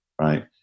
right